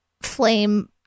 flame